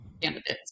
candidates